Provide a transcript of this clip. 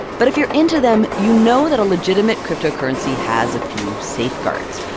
but if you're into them, you know that a legitimate cryptocurrency has a few safeguards,